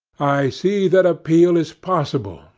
i see that appeal is possible,